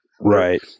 Right